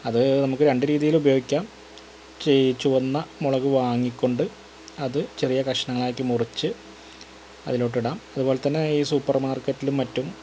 അത് നമുക്ക് രണ്ട് രീതിയിൽ ഉപയോഗിക്കാം ചീ ചുവന്ന മുളക് വാങ്ങികൊണ്ട് അത് ചെറിയ കഷ്ണങ്ങളാക്കി മുറിച്ച് അതിലോട്ടിടാം അതുപോലെ തന്നെ ഈ സൂപ്പർ മാർക്കറ്റിലും മറ്റും